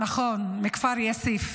ארבעה, נכון, מכפר יאסיף.